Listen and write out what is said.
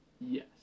Yes